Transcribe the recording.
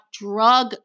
drug